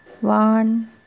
One